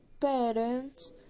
parents